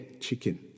chicken